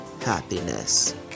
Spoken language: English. happiness